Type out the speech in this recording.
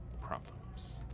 problems